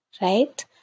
Right